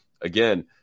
again